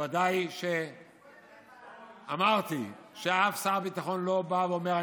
ובוודאי שאמרתי שאף שר הביטחון לא בא ואומר: